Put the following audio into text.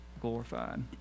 glorified